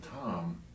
Tom